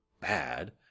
bad